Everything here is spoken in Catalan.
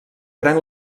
pren